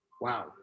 Wow